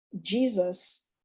jesus